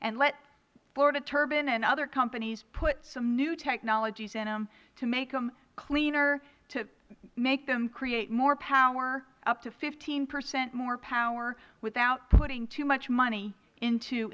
and let florida turbine and other companies put some new technologies in them to make them cleaner to make them create more power up to fifteen percent more power without putting too much money into